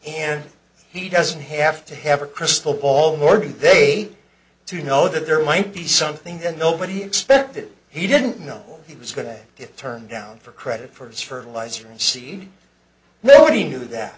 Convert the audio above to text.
and he doesn't have to have a crystal ball more day to know that there might be something and nobody expected he didn't know he was going to get turned down for credit for his fertilizer and seed nobody knew that